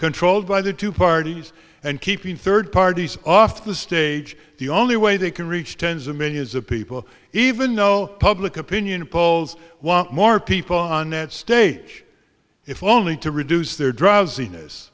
controlled by the two parties and keeping third parties off the stage the only way they can reach tens of millions of people even though public opinion polls want more people on that stage if only to reduce their drowsiness